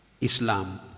Islam